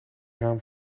raam